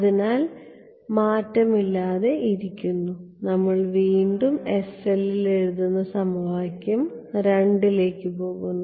അതിനാൽ മാറ്റമില്ലാതെ ഇരിക്കുന്നു നമ്മൾ വീണ്ടും s സെല്ലിൽ എഴുതുന്ന സമവാക്യം 2 ലേക്ക് പോകുന്നു